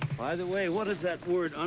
by the way, what does that word, um